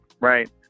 Right